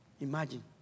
Imagine